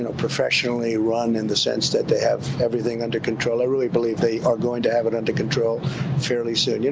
professionally run in the sense that they have everything under control. i really believe they are going to have it under control fairly soon. you know,